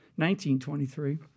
1923